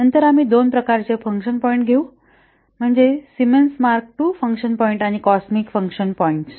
नंतर आम्ही आणखी दोन प्रकारचे फंक्शन पॉईंट घेऊ जे म्हणजे Symons Mark II function point आणि कॉसमिक फंक्शन पॉईंट्स